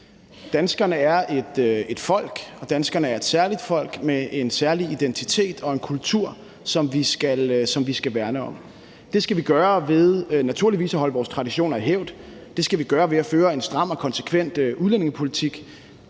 Danskerne er et folk, og danskerne er et særligt folk med en særlig identitet og en kultur, som vi skal værne om. Det skal vi gøre ved naturligvis at holde vores traditioner i hævd, det skal vi gøre ved at føre en stram og konsekvent udlændingepolitik,